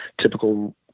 Typical